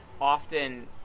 often